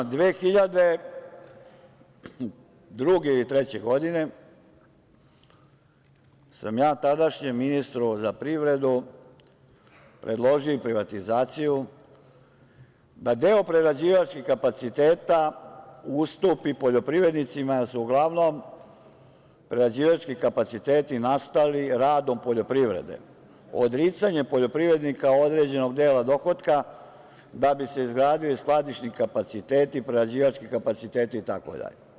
Godine 2002. ili 2003. sam ja tadašnjem ministru za privredu predložio i privatizaciju da deo prerađivačkih kapaciteta ustupi poljoprivrednicima, jer su uglavnom prerađivački kapaciteti nastali radom poljoprivrede, odricanjem poljoprivrednika određenog dela dohotka da bi se izgradili skladišni kapaciteti, prerađivački kapaciteti itd.